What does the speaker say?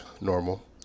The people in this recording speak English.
normal